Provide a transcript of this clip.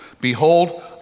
Behold